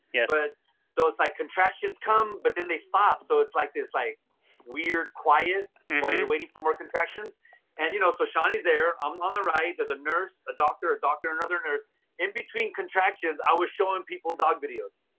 yeah but so it's like contractions come, but then they stop. so it's like this like weird quiet while you're waiting for more contractions and, you know, so ciani is there um on the right, there's a nurse, a doctor, a doctor and other nurse in between contractions. i was showing people dog videos.